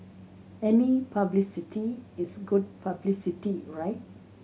any publicity is good publicity right